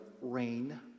Rain